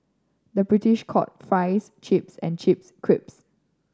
the British called fries chips and chips crisps